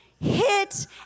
hit